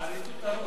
עריצות הרוב.